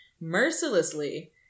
mercilessly